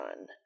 on